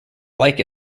like